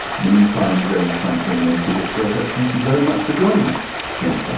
meantime james franklin and peter slezak, thank you very much for joining us. thank so